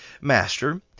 Master